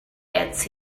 gets